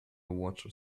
water